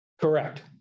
Correct